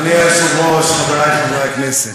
אדוני היושב-ראש, חברי חברי הכנסת,